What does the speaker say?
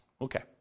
Okay